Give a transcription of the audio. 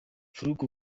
faruku